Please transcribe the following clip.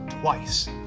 twice